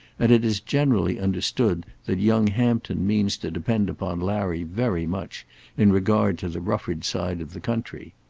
and it is generally understood that young hampton means to depend upon larry very much in regard to the rufford side of the country.